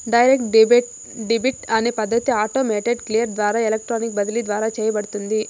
direct debit అనే పద్ధతి automated clear ద్వారా ఎలక్ట్రానిక్ బదిలీ ద్వారా చేయబడుతుంది